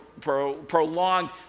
prolonged